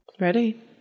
Ready